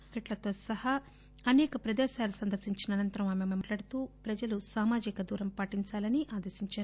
మార్కెట్లతో సహా అనేక ప్రదేశాలు సందర్బించిన అనంతరం ఆమె మాట్లాడుతూ ప్రజలు సామాజిక దూరం పాటించాలని ఆదేశించారు